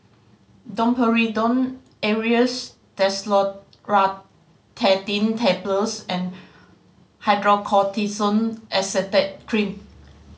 Domperidone Aerius DesloratadineTablets and Hydrocortisone Acetate Cream